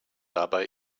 dabei